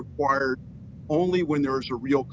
required only when there is a real